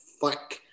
fuck